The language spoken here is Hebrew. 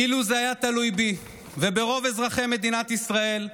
אילו זה היה תלוי בי וברוב אזרחי מדינת ישראל,